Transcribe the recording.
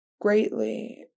greatly